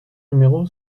numéro